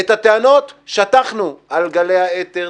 את הטענות שטחנו על גלי האתר,